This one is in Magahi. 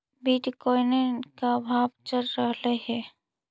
बिटकॉइंन के का भाव चल रहलई हे?